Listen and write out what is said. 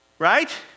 Right